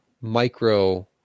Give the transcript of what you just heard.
micro